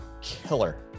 killer